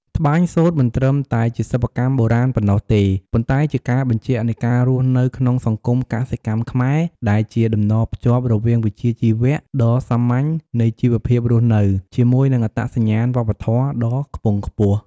ត្បាញសូត្រមិនត្រឹមតែជាសិប្បកម្មបុរាណប៉ុណ្ណោះទេ ប៉ុន្តែជាការបញ្ជាក់នៃការរស់នៅក្នុងសង្គមកសិកម្មខ្មែរ ដែលជាតំណភ្ជាប់រវាងវិជ្ជាជីវៈ ដ៏សាមញ្ញនៃជីវភាពរស់នៅ ជាមួយនឹងអត្តសញ្ញាណវប្បធម៌ដ៏ខ្ពង់ខ្ពស់។